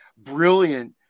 brilliant